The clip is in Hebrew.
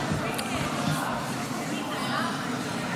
כנראה.